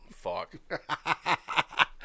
fuck